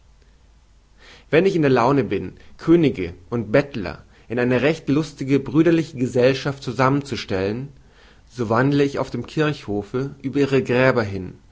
wenn ich in der laune bin könige und bettler in eine recht luftige brüderliche gesellschaft zusammenzustellen so wandle ich auf dem kirchhofe über ihre gräber hin